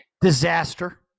Disaster